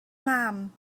mam